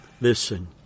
Listen